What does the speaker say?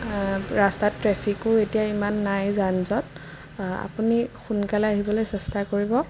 ৰাস্তাত ট্ৰেফিকো এতিয়া ইমান নাই যানজঁট আপুনি সোনকালে আহিবলৈ চেষ্টা কৰিব